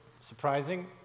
surprising